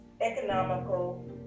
economical